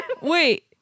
Wait